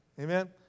Amen